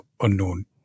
unknown